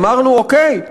אמרנו: אוקיי,